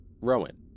Rowan